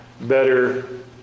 better